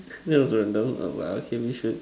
that was random but okay we should